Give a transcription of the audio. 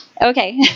Okay